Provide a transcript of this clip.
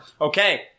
Okay